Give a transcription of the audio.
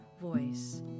voice